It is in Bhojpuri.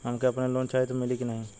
अगर हमके लोन चाही त मिली की ना?